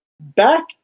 back